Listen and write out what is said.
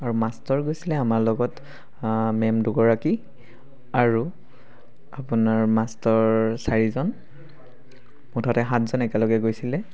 আৰু মাষ্টৰ গৈছিলে আমাৰ লগত মেম দুগৰাকী আৰু আপোনাৰ মাষ্টৰ চাৰিজন মুঠতে সাতজন একেলগে গৈছিলে